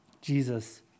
Jesus